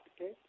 Okay